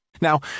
Now